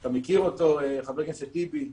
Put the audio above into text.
אתה מכיר אותו, חבר הכנסת טיבי.